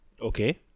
Okay